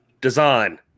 Design